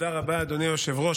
תודה רבה, אדוני היושב-ראש.